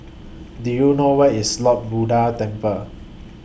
Do YOU know Where IS Lord Buddha Temple